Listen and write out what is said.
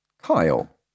Kyle